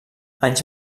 anys